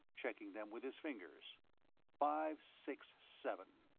checking them with his fingers five, six, seven.